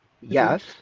yes